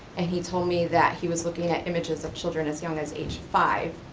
and he told me that he was looking at images of children as young as age five,